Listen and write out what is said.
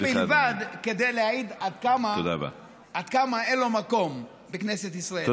זו בלבד כדי להעיד עד כמה אין לו מקום בכנסת ישראל.